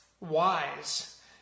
wise